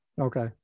okay